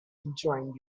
enjoying